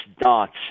dots